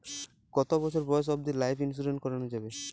কতো বছর বয়স অব্দি লাইফ ইন্সুরেন্স করানো যাবে?